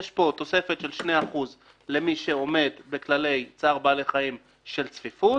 יש פה תוספת של 2% למי שעומד בכללי צער בעלי חיים של צפיפות,